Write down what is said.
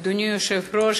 אדוני היושב-ראש,